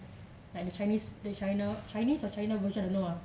like the chinese the china chinese or china version I don't know ah